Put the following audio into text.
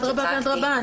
אדרבא ואדרבא.